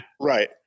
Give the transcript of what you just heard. right